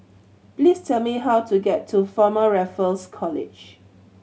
please tell me how to get to Former Raffles College